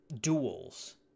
duels